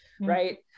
right